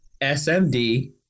SMD